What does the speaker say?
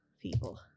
people